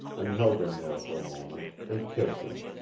and held them there for a moment, and kissed him.